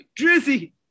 Drizzy